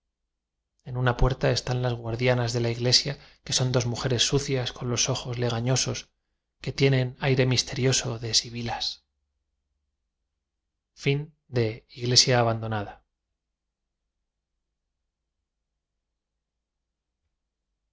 en una puer ta están las guardianas de la iglesia que son dos mujeres sucias con los ojos lega ñosos que tienen aire misterioso de sibylas